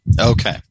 Okay